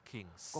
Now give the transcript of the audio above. Kings